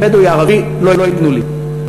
אני בדואי, ערבי, לא ייתנו לי.